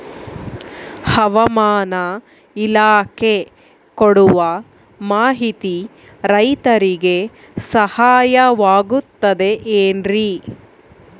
ಹವಮಾನ ಇಲಾಖೆ ಕೊಡುವ ಮಾಹಿತಿ ರೈತರಿಗೆ ಸಹಾಯವಾಗುತ್ತದೆ ಏನ್ರಿ?